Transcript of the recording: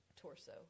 torso